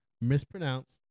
mispronounced